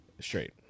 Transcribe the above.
straight